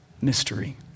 mystery